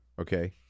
Okay